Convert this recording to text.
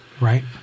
right